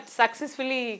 successfully